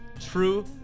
true